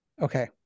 Okay